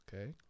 Okay